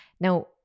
now